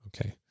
Okay